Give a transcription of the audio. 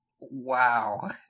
Wow